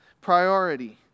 Priority